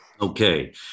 Okay